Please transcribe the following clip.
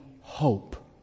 hope